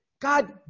God